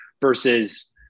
versus